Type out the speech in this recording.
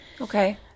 Okay